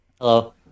hello